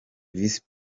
visi